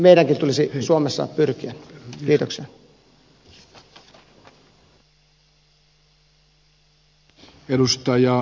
tähän meidänkin tulisi suomessa pyrkiä